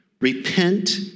Repent